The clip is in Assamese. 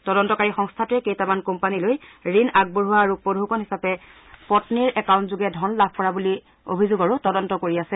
তদন্তকাৰী সংস্থাটোৱে কেইটামান কোম্পানীলৈ ঋণ আগবঢ়োৱা আৰু উপটৌকন হিচাপে পগ্নীৰ একাউণ্টযোগে ধন লাভ কৰা বুলি অভিযোগৰো তদন্ত কৰি আছে